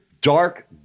dark